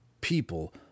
people